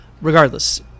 Regardless